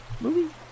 Movie